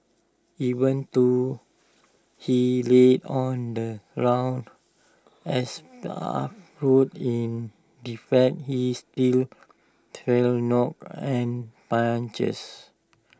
even though he lay on the rough asphalt road in defeat he still felt knocks and punches